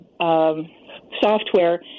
software